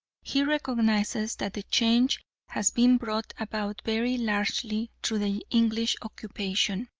he recognises that the change has been brought about very largely through the english occupation,